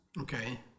Okay